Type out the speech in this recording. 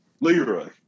Leroy